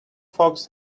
fox